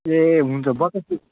ए हुन्छ बतासे